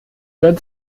gönnt